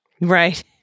Right